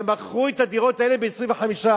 ומכרו את הדירות האלה ב-25%.